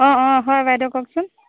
অঁ অঁ হয় বাইদেউ কওকচোন